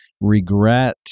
regret